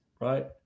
right